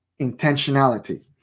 intentionality